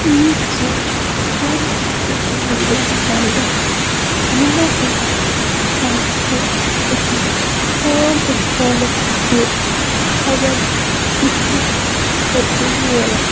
ییٚتہِ چھِ واریاہ سوشَل میٖڈیا چَنلہٕ یِمو پٮ۪ٹھ آز چھِ أکِس عام اِنسانَس تہِ خبر وٕچھنہٕ خٲطرٕ ملان